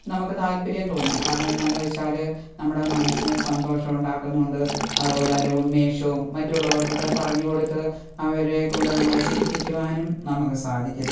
നമുക്ക് താല്പര്യം തോന്നും കാരണം എന്നാന്ന് വച്ചാല് നമ്മുടെ മനസ്സിന് സന്തോഷം ഉണ്ടാക്കുന്നുണ്ട് അതുപോലെ നല്ല ഉന്മേഷവും മറ്റുള്ളവർക്കൊക്കെ പറഞ്ഞുകൊടുത്ത് അവരെ കൊണ്ട് നമ്മളെ ചിരിപ്പിക്കുവാനും നമുക്ക് സാധിക്കും